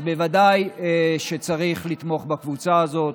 אז בוודאי שצריך לתמוך בקבוצה הזאת,